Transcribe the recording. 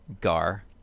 Gar